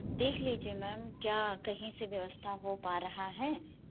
देख लीजिए मैम क्या कहीं से व्यवस्था हो पा रही है